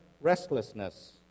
restlessness